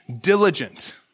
diligent